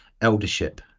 eldership